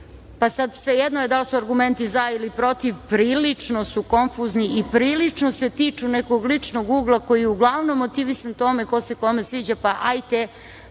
pa sad sve jedno da li su argumenti za ili protiv, prilično su konfuzni i prilično se tiču nekog ličnog ugla koji je uglavnom motivisan tome ko se kome sviđa, pa ajte